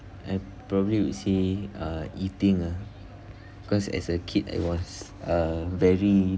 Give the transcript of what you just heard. I probably would say uh eating ah because as a kid I was uh very